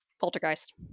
Poltergeist